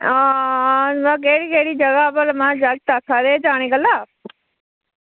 बाऽ केह्ड़ी केह्ड़ी जगह ते जागत आक्खा दे हे जाने गल्ला